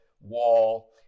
wall